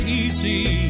easy